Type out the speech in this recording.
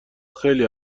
خیلی